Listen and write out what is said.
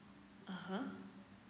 ah